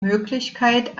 möglichkeit